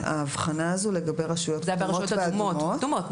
ההבחנה הזו לגבי רשויות כתומות ואדומות.